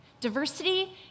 Diversity